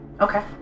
Okay